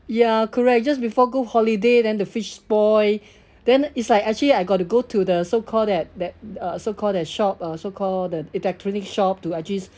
ya correct just before go holiday then the fridge spoil then it's like actually I got to go to the so-called that that uh so-called the shop uh so-called the electronics shop to actually